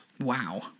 Wow